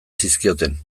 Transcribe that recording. zizkioten